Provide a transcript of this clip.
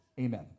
Amen